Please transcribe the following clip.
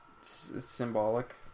Symbolic